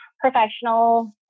professional